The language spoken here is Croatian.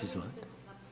Izvolite.